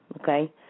okay